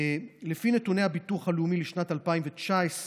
לפי נתוני הביטוח הלאומי לשנת 2019,